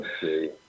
see